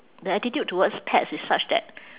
the attitude towards pets it's such that